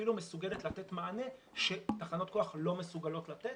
ואפילו מסוגלת לתת מענה שתחנות כוח לא מסוגלות לתת,